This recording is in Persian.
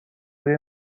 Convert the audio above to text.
روی